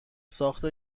ساخت